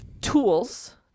tools